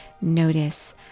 notice